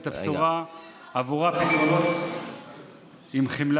את הבשורה עבורם פתרונות עם חמלה,